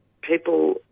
people